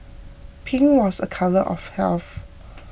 pink was a colour of health